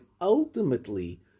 ultimately